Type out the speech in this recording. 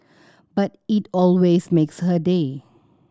but it always makes her day